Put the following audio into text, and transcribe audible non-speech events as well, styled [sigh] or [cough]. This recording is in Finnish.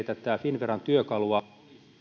[unintelligible] tätä finnveran työkalua